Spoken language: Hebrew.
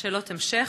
שאלות המשך.